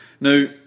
Now